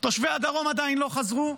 תושבי הדרום עדיין לא חזרו,